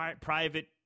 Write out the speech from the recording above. private